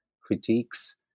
critiques